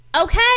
okay